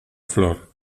flor